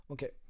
Okay